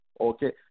Okay